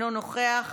אינו נוכח,